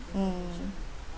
mm